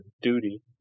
duty